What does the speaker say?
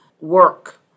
work